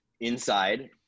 inside